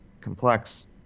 complex